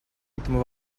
этому